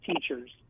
teachers